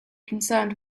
concerned